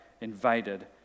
invaded